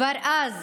כבר אז,